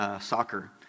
soccer